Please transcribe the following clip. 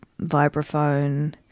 vibraphone